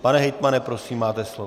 Pane hejtmane, prosím, máte slovo.